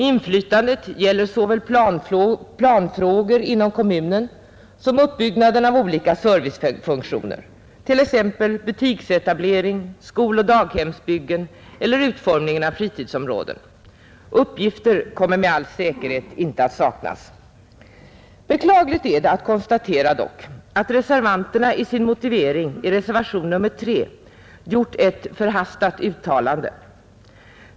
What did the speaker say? Inflytandet gäller såväl planfrågor inom kommunen som uppbyggnaden av olika servicefunktioner. Det kan t.ex. gälla butiksetablering, skoloch daghemsbyggen eller utformningen av fritidsområden. Uppgifter kommer med all säkerhet inte att saknas. Beklagligt är det dock att konstatera att reservanterna i sin motivering i reservationen 3 gjort ett förhastat uttalande.